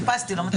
חיפשתי, לא מצאתי.